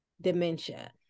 dementia